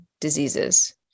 diseases